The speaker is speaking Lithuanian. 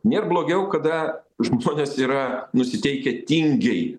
nėr blogiau kada žmonės yra nusiteikę tingiai